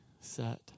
set